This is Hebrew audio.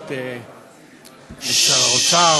את שר האוצר